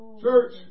Church